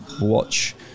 watch